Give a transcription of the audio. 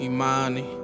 Imani